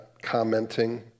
commenting